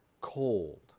cold